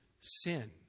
sin